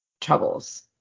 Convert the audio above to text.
Troubles